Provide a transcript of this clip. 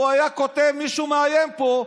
הוא היה כותב: מישהו מאיים פה,